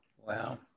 wow